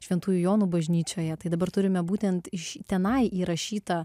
šventų jonų bažnyčioje tai dabar turime būtent iš tenai įrašytą